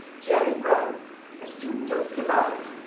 gerry brown a student of szilard,